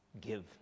give